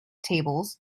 tables